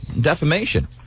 Defamation